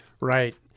Right